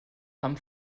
haben